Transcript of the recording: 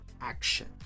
action